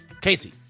Casey